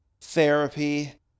therapy